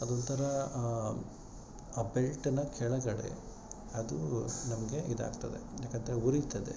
ಅದೊಂಥರ ಆ ಬೆಲ್ಟ್ನ ಕೆಳಗಡೆ ಅದು ನಮಗೆ ಇದಾಗ್ತದೆ ಯಾಕಂಥೇಳ್ರಿ ಉರಿತದೆ